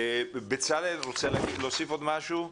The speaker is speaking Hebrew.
בצלאל רוצה להגיד עוד משהו?